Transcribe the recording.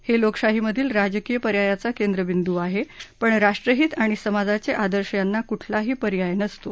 हे लोकशाहीमधील राजकीय पर्यायाचा केंद्रबिंदू आहे पण राष्ट्रहित आणि समाजाचे आदर्श यांना कुठलाही पर्याय नसतो